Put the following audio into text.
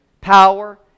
power